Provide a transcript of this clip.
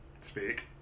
Speak